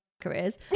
careers